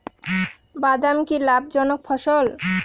বাদাম কি লাভ জনক ফসল?